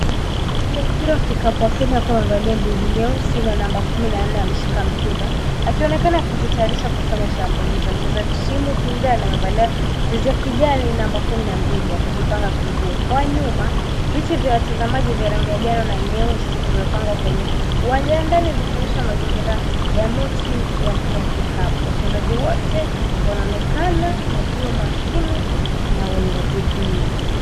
Mchezaji wa mpira wa kikapu wa kenya akiwa amevalia jezi nyeusi na namba kumi na nne ameshika mpira akionekana akijitayarisha kufanya shambulizi. Mchezaji wa timu pinzani amevalia jezi ya kijani namba kumi na mbili amejipanga kumzuia. Kwa nyuma viti vya watazamaji vya rangi ya njano na nyeusi vimepangwa kwenye uwanja wa ndani zikionesha mazingira ya mechi wa kikapu. Wachezaji wote wanaonekana wakiwa makini na wenye bidii.